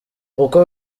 uko